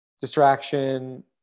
distraction